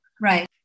Right